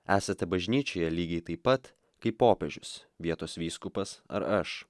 esate bažnyčioje lygiai taip pat kaip popiežius vietos vyskupas ar aš